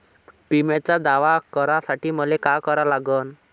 बिम्याचा दावा करा साठी मले का करा लागन?